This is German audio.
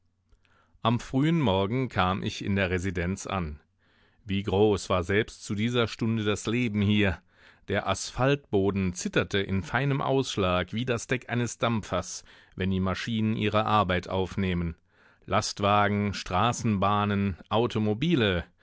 am frühen morgen kam ich in der residenz an wie groß war selbst zu dieser stunde das leben hier der asphaltboden zitterte in feinem ausschlag wie das deck eines dampfers wenn die maschinen ihre arbeit aufnehmen lastwagen straßenbahnen automobile